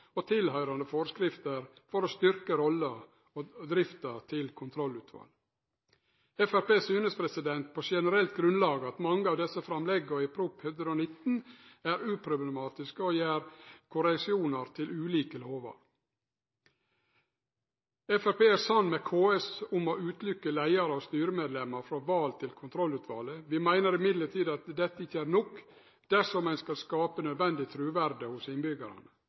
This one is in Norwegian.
og tilhøyrande forskrifter for å styrkje rolla og drifta til kontrollutvalet. Framstegspartiet synest på generelt grunnlag at mange av desse framlegga i Prop. nr. 119 L er uproblematiske og utgjer korreksjonar til ulike lover. Framstegspartiet er samd med KS om å hindre leiarar og styremedlemmar frå val til kontrollutvalet. Vi meiner likevel at dette ikkje er nok dersom ein vil skape nødvendig truverde hos innbyggjarane.